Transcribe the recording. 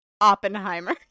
Oppenheimer